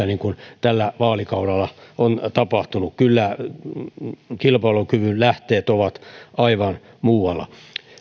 niin kuin tällä vaalikaudella on tapahtunut kyllä kilpailukyvyn lähteet ovat aivan muualla